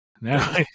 now